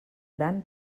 gran